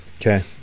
Okay